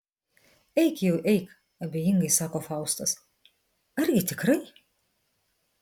eik jau eik abejingai sako faustas argi tikrai